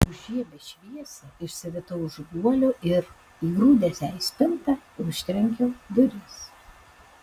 užžiebęs šviesą išsiritau iš guolio ir įgrūdęs ją į spintą užtrenkiau duris